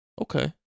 Okay